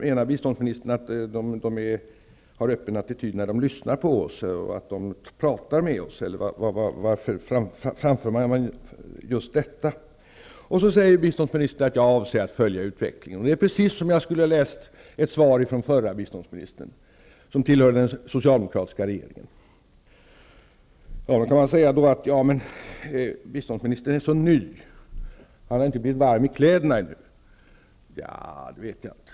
Menar biståndsministern att de har en öppen attityd när de lyssnar på oss och talar med oss, eller varför framför han just detta? Biståndsministern säger att han har för avsikt att följa utvecklingen. Det är precis som om jag läst ett svar från den förra biståndsministern som tillhörde den socialdemokratiska regeringen. Man kan då som försvar säga: Biståndsministern är så ny i sitt ämbete, och han har ännu inte blivit varm i kläderna. Nja, det vet jag inte.